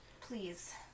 Please